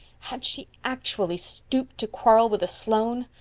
had she actually stooped to quarrel with a sloane?